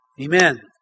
Amen